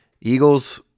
Eagles